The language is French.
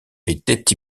était